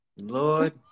Lord